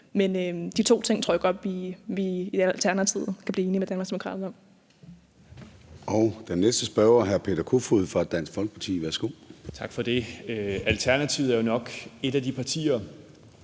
Men de to ting tror jeg godt vi i Alternativet kan blive enige med